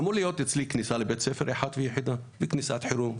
היא שלבית הספר אצלי אמורה להיות כניסה אחת ויחידה וכניסת חירום,